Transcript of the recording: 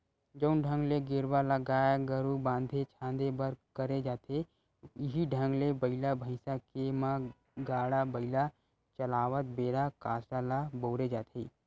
जउन ढंग ले गेरवा ल गाय गरु बांधे झांदे बर करे जाथे इहीं ढंग ले बइला भइसा के म गाड़ा बइला चलावत बेरा कांसरा ल बउरे जाथे